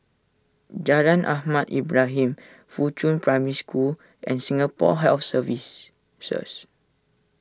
Jalan Ahmad Ibrahim Fuchun Primary School and Singapore Health Services